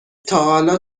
تاحالا